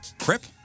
Crip